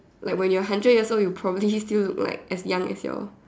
like when you are hundred years old you probably still look like as young as your